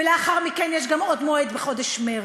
ולאחר מכן יש גם עוד מועד בחודש מרס,